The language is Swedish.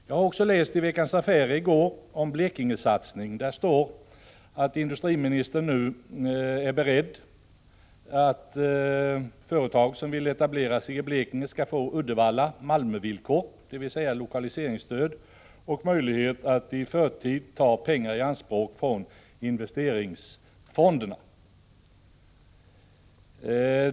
Jag läste också i Veckans Affärer i går om en Blekingesatsning. Där står att industriministern nu är beredd att ge företag som vill etablera sig i Blekinge ”Uddevalla/Malmö-villkor”, dvs. lokaliseringsstöd och möjlighet att i förtid ta pengar i anspråk från investeringsfonderna.